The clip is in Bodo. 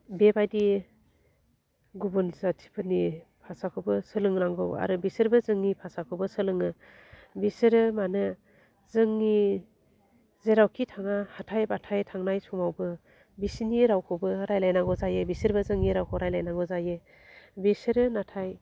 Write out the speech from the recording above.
बेबायदि गुबुन जाथिफोरनि भाषाखौबो सोलोंनांगौ आरो बिसोरबो जोंनि भाषाखौबो सोलोङो बिसोरो मानो जोंनि जेरावखि थाङा हाथाइ बाथाइ थांनाय समावबो बिसिनि रावखौबो रायलायनांगौ जायो बिसोरबो जोंनि रावखौ रायलायनांगौ जायो बेसोरो नाथाय